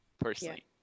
personally